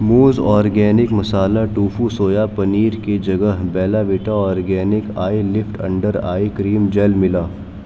موز organic masala tofu soya paneer کی جگہ Bella Vita organic eye nut under eye cream gel ملا